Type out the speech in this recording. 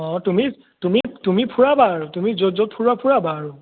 অ' তুমি তুমি তুমি ফুৰাবা আৰু তুমি য'ত য'ত ফুৰোৱা ফুৰাবা আৰু